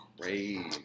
crazy